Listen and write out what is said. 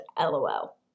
LOL